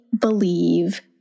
believe